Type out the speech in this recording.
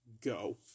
go